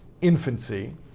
infancy